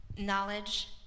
knowledge